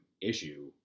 issue